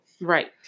Right